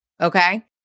okay